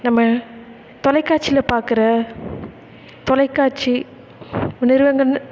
நம்ம தொலைக்காட்சியில் பார்க்குற தொலைக்காட்சி நிறுவனங்கள்